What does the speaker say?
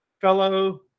Fellow